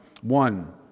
One